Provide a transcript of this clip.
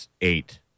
eight